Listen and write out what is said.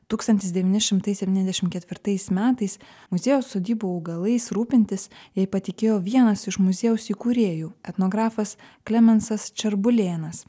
tūkstantis devyni šimtai septyniasdešimt ketvirtais metais muziejaus sodybų augalais rūpintis jai patikėjo vienas iš muziejaus įkūrėjų etnografas klemensas čerbulėnas